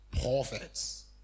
prophets